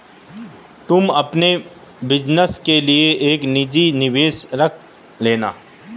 तुम अपने बिज़नस के लिए एक निजी निवेशक रख लेना